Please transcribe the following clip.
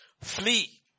flee